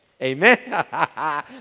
Amen